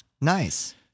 Nice